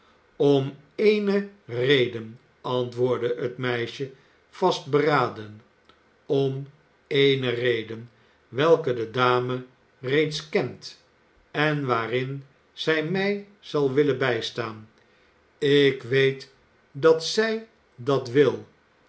om ééne reden antwoordde het meisje vastberaden om eene reden welke de dame reeds kent en waarin zij mij zal willen bijstaan ik i weet dat zij dat wil